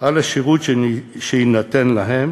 על השירות שיינתן להם